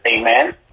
amen